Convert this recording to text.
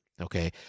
Okay